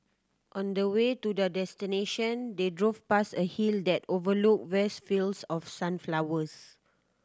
on the way to their destination they drove past a hill that overlooked vast fields of sunflowers